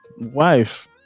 wife